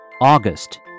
August